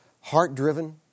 heart-driven